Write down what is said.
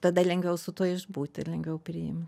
tada lengviau su tuo išbūti ir lengviau priimt